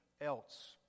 else